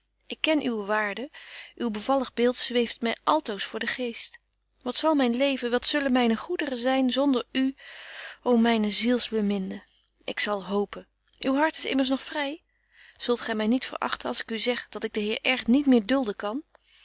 ik ken uwe waarde uw bevallig beeld zweeft my altoos voor den geest wat zal myn leven wat zullen myne goederen zyn zonder u ô myne zielsbeminde ik zal hopen uw hart is immers nog vry zult gy my niet verachten als ik u zeg dat ik den heer r niet meer dulden kan